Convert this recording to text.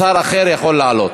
שר אחר יכול לעלות.